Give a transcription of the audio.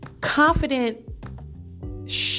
confident